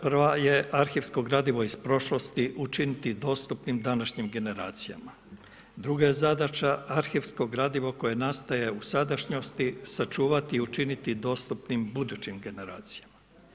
Prva je arhivsko gradivo iz prošlosti učiniti dostupnim današnjim generacija, druga je zadaća arhivsko gradivo koje nastaje u sadašnjosti, sačuvati i učiniti dostupnim budućim generacijama.